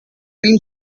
film